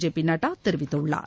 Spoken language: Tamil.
ஜே பி நட்டா தெரிவித்துள்ளார்